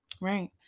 Right